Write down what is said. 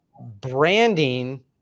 branding